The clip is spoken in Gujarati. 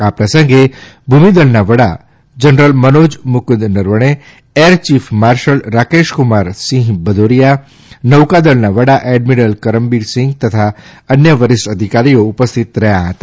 આ પ્રસંગે ભૂમિદળના વડા general Manoj Mukund Naravane air chief marshal Rakesh Kumar Singh Bhadauria નૌકાદલ વડા એડમીરલ કરમબીરસિંહ તથા અન્ય વરિષ્ઠ અધિકારીઓ ઉપસ્થિત રહ્યા હતા